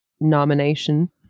nomination